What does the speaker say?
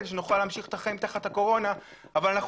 כדי שנוכל להמשיך את החיים תחת הקורונה,